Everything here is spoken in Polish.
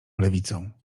lewicą